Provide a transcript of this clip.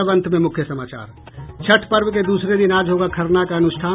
और अब अंत में मुख्य समाचार छठ पर्व के दूसरे दिन आज होगा खरना का अनुष्ठान